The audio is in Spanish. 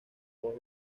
voz